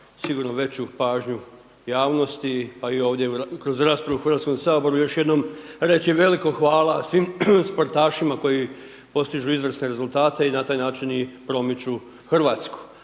sigurno veću pažnju javnosti, pa i ovdje kroz raspravu u HS-u reći veliko hvala svim sportašima koji postižu izvrsne rezultate i na taj način i promiču Hrvatsku.